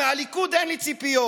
מהליכוד אין לי ציפיות,